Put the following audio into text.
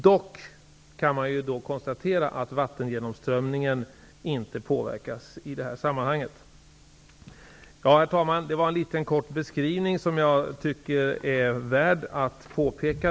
Dock kan konstateras att vattengenomströmningen inte påverkas i detta sammanhang. Herr talman! Det här var en kort beskrivning, som jag tycker är värd att göra.